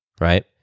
right